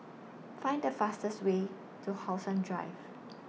Find The fastest Way to How Sun Drive